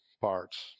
parts